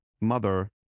mother